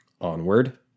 Onward